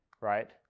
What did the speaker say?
Right